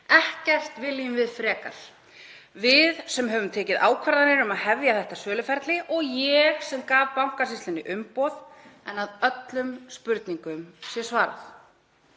ekkert viljum við frekar, við sem höfum tekið ákvarðanir um að hefja þetta söluferli og ég sem gaf Bankasýslunni umboð, en að öllum spurningum sé svarað.“